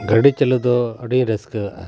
ᱜᱟᱹᱰᱤ ᱪᱟᱹᱞᱩ ᱫᱚ ᱟᱹᱰᱤᱧ ᱨᱟᱹᱥᱠᱟᱹᱣᱟᱜᱼᱟ